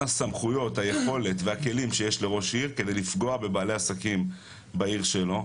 הסמכויות היכולת והכלים שיש לראש עיר כדי לפגוע בבעלי עסקים בעיר שלו.